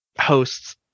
hosts